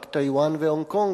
רק טייוואן והונג-קונג,